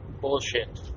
Bullshit